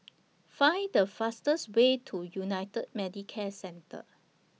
Find The fastest Way to United Medicare Centre